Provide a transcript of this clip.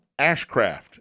Ashcraft